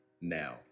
now